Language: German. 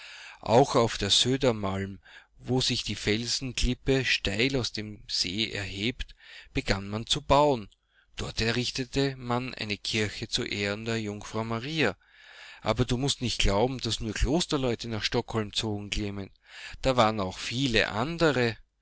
auch auf södermalm wo sich die felsenklippe steil aus dem see erhebt begannmanzubauen dorterrichtetemaneinekirchezuehrenderjungfrau maria aber du mußt nicht glauben daß nur klosterleute nach stockholm zogen klement da waren auch viele andere